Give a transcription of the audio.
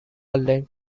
length